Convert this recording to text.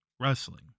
Wrestling